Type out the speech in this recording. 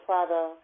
Father